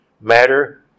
Matter